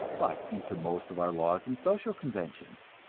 but into most of our laws and social conventions.